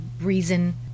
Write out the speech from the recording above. reason